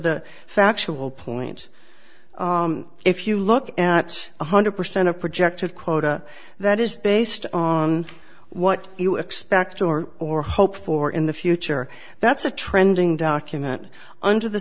the factual point if you look at one hundred percent of projective quota that is based on what you expect or or hope for in the future that's a trending document under the